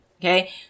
okay